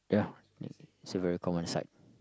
yeah it's a very common sight